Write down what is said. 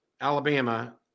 Alabama